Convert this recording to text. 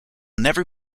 never